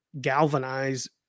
galvanize